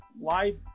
life